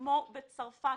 כמו בצרפת,